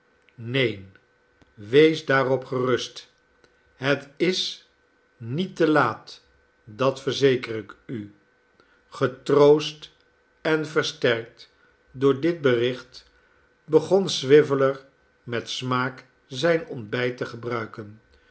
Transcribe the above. neen wees daarop gerust het is niet te laat dat verzeker ik u getroost en versterkt door dit bericht begon swiveller met smaak zijn ontbijt te gebruiken